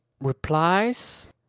replies